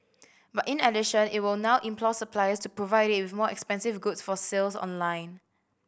but in addition it will now implore suppliers to provide it with more expensive goods for sales online